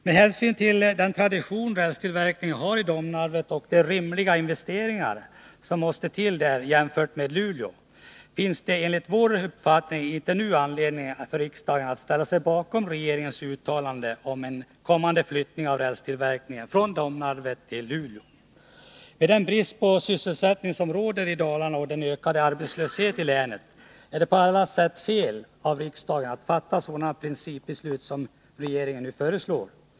Med hänsyn till den tradition rälstillverkningen har i Domnarvet och den måttliga storlek som de investeringar som måste till där jämfört med vad fallet blir i Luleå finns det enligt vår uppfattning inte nu anledning för riksdagen att ställa sig bakom regeringens uttalande om en kommande flyttning av rälstillverkningen från Domnarvet till Luleå. Med den brist på sysselsättning som råder i Dalarna och den ökade arbetslösheten i länet är det på alla sätt fel av riksdagen att fatta sådana principbeslut som regeringen nu föreslår.